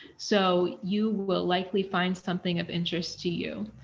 so, you will likely find something of interest to you.